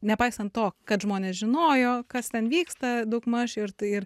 nepaisant to kad žmonės žinojo kas ten vyksta daugmaž ir tai ir